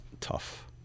tough